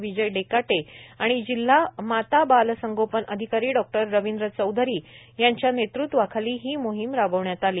विजय डेकाटे आणि जिल्हा माता बाल संगोपन आधिकारी डॉ रविंद्र चौधरी यांच्या नेतृत्वाखाली ही मोहीम राबविण्यात आली